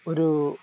ഒരു